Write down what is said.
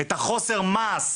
את חוסר המעש